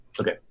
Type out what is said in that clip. Okay